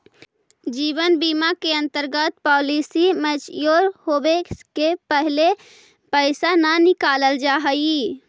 जीवन बीमा के अंतर्गत पॉलिसी मैच्योर होवे के पहिले पैसा न नकालल जाऽ हई